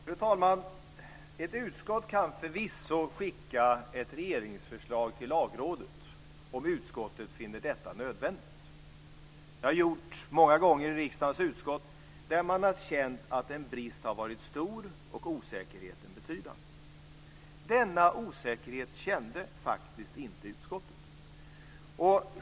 Fru talman! Ett utskott kan förvisso skicka ett regeringsförslag till Lagrådet om utskottet finner detta nödvändigt. Det har gjorts många gånger i riksdagens utskott då man har känt att en brist har varit stor och osäkerheten har varit betydande. Denna osäkerhet kände faktiskt inte utskottet.